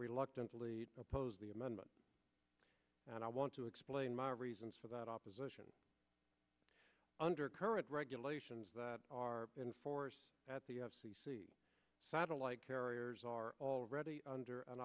reluctantly oppose the amendment and i want to explain my reasons for that opposition under current regulations that are in force at the f c c the satellite carriers are already under an